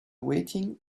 waiting